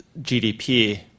GDP